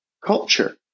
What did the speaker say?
culture